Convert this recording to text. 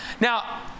Now